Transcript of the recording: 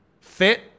Fit